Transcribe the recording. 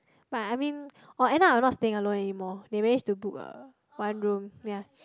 but I mean oh end up I not staying alone anymore they manage to book a one room ya